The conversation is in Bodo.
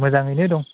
मोजाङैनो दं